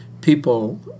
people